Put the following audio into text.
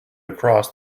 across